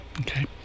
Okay